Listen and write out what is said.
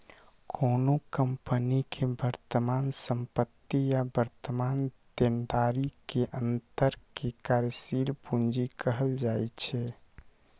कोनो कंपनी के वर्तमान संपत्ति आ वर्तमान देनदारी के अंतर कें कार्यशील पूंजी कहल जाइ छै